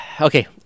Okay